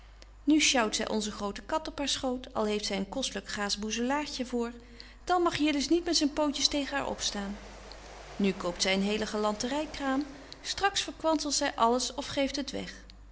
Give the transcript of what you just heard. nu sjouwt zy onze grote kat op haar schoot al heeft zy een kostlyk gaas boezelaartje voor dan mag jillis niet met zyn pootjes tegen haar opstaan nu koopt zy een hele galanterykraam straks verkwanzelt zy alles of geeft het weg